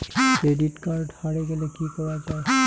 Credit card হারে গেলে কি করা য়ায়?